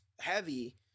heavy